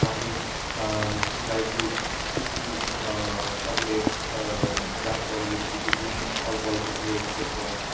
সাথে কিছু dry fruits কিছু চকলেটস ডার্ক চকলেটস কিছু ড্রিংকস অল্প অল্প খেয়ে ট্রেক করা